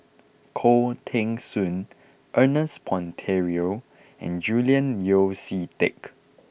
Khoo Teng Soon Ernest Monteiro and Julian Yeo See Teck